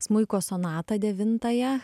smuiko sonatą devintąją